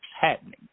happening